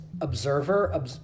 observer